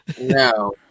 No